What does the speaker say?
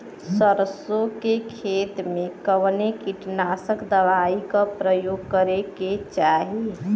सरसों के खेत में कवने कीटनाशक दवाई क उपयोग करे के चाही?